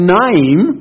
name